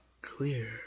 clear